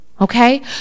Okay